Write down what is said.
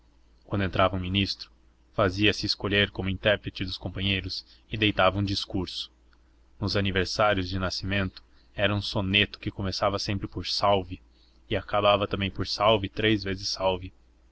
quando entrava um ministro fazia-se escolher como intérprete dos companheiros e deitava um discurso nos aniversários de nascimento era um soneto que começava sempre por salve e acabava também por salve três vezes salve